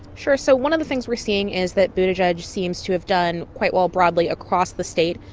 sure. so one of the things we're seeing is that buttigieg seems to have done quite well broadly across the state,